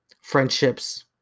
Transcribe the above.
friendships